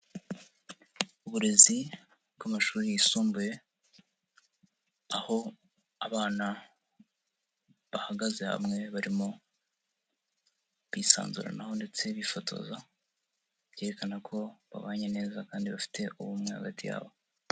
Uburezi bw'amashuri yisumbuye, aho abana bahagaze hamwe, barimo bisanzuranaho ndetse bifotoza, byerekana ko babanye neza kandi bafite ubumwe hagati yabo.